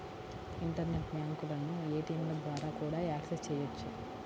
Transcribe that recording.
internet బ్యాంకులను ఏటీయంల ద్వారా కూడా యాక్సెస్ చెయ్యొచ్చు